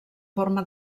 forma